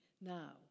Now